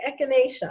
echinacea